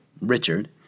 Richard